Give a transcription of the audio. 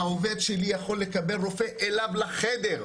העובד שלי יכול לקבל רופא אליו לחדר,